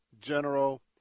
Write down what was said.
General